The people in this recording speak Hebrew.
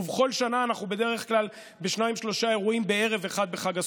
ובכל שנה אנחנו בדרך כלל בשניים-שלושה אירועים בערב אחד בחג הסוכות.